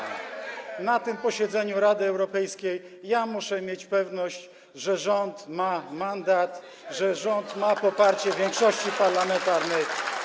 Na tym posiedzeniu Rady Europejskiej muszę mieć pewność, że rząd ma mandat, że rząd ma poparcie większości parlamentarnej.